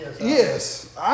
yes